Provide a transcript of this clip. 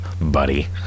buddy